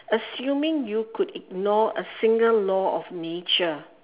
assuming you could ignore a single law of nature